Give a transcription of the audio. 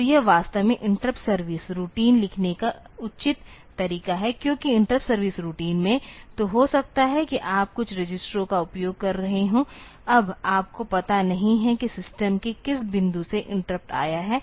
तो यह वास्तव में इंटरप्ट सर्विस रूटीन लिखने का उचित तरीका है क्योंकि इंटरप्ट सर्विस रूटीन में तो हो सकता है कि आप कुछ रजिस्टरों का उपयोग कर रहे हों अब आपको पता नहीं है कि सिस्टम के किस बिंदु से इंटरप्ट आया है